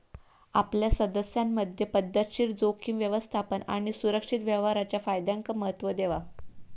आपल्या सदस्यांमधे पध्दतशीर जोखीम व्यवस्थापन आणि सुरक्षित व्यवहाराच्या फायद्यांका महत्त्व देवा